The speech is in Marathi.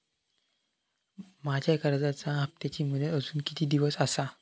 माझ्या कर्जाचा हप्ताची मुदत अजून किती दिवस असा?